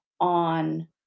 on